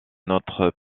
notre